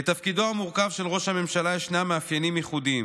לתפקידו המורכב של ראש הממשלה ישנם מאפיינים ייחודיים,